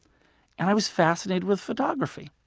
and i was fascinated with photography.